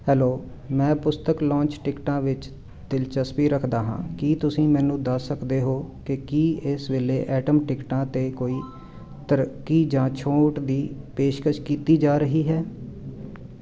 hello ਮੈਂ ਪੁਸਤਕ launch ਟਿਕਟਾਂ ਵਿੱਚ ਦਿਲਚਸਪੀ ਰੱਖਦਾ ਹਾਂ ਕੀ ਤੁਸੀਂ ਮੈਨੂੰ ਦੱਸ ਸਕਦੇ ਹੋ ਕਿ ਕੀ ਇਸ ਵੇਲੇ ਐਟਮ ਟਿਕਟਾਂ 'ਤੇ ਕੋਈ ਤਰੱਕੀ ਜਾਂ ਛੋਟ ਦੀ ਪੇਸ਼ਕਸ਼ ਕੀਤੀ ਜਾ ਰਹੀ ਹੈ